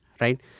right